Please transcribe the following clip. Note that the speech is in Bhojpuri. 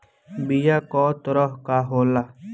बीया कव तरह क होला?